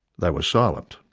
they were silent.